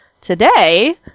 today